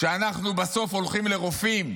שאנחנו בסוף הולכים לרופאים,